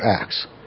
Acts